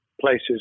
places